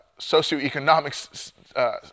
socioeconomic